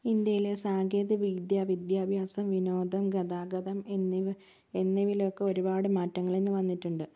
ഇന്ത്യയിലെ സാങ്കേതിക വിദ്യ വിദ്യാഭ്യാസം വിനോദം ഗതാഗതം എന്നിവ എന്നിവയിലൊക്കെ ഒരുപാട് മാറ്റങ്ങൾ ഇന്ന് വന്നിട്ടുണ്ട്